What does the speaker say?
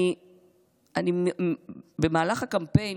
במהלך הקמפיין,